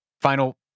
Final